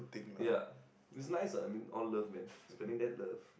ya it's nice I mean all love man spending that love